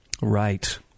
Right